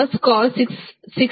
ಆಗಿರುತ್ತದೆ